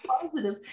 positive